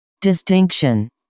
Distinction